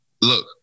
look